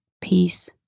peace